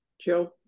Joe